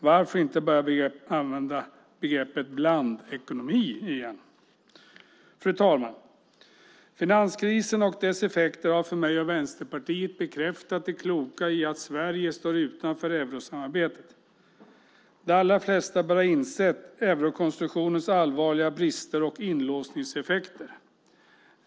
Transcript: Varför inte börja använda begreppet blandekonomi igen? Fru talman! Finanskrisen och dess effekter har för mig och Vänsterpartiet bekräftat det kloka i att Sverige står utanför eurosamarbetet. De allra flesta bör ha insett eurokonstruktionens allvarliga brister och inlåsningseffekter.